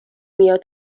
میاد